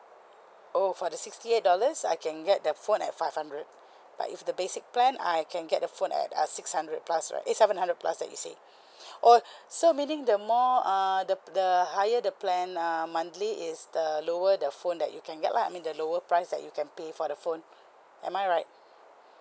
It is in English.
oh for the sixty eight dollars I can get that phone at five hundred but if the basic plan I can get the phone at uh six hundred plus right eh seven hundred plus that you said oh so meaning the more err the the higher the plan um monthly is the lower the phone that you can get lah I mean the lower price that you can pay for the phone am I right